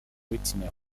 whitney